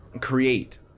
create